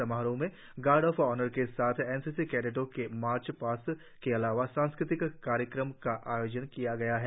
समारोह में guard of honour के साथ एनसीसी कैडेटों के मार्च पास्ट के अलावा सांस्कृतिक कार्यक्रम का आयोजन किया गया है